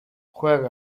juega